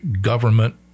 government